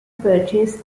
purchase